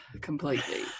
Completely